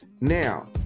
Now